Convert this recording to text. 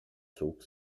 zog